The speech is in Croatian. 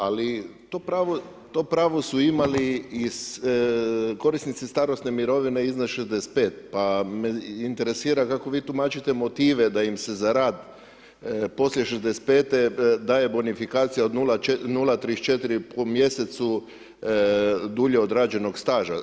Ali to pravo su imali i korisnici starosne mirovine iznad 65 pa me interesira kako vi tumačite motive da im se za rad poslije 65 daje bonifikacija od 0,34 po mjesecu dulje odrađenog staža.